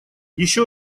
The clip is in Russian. еще